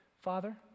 Father